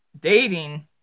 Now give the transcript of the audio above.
dating